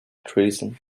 treason